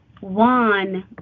one